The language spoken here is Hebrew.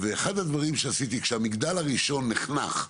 כשהמגדל הראשון נחנך,